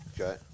Okay